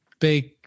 Big